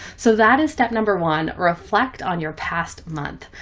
so that is step number one, reflect on your past month.